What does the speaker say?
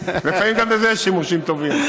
לפעמים גם בזה יש שימושים טובים.